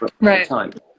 right